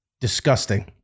Disgusting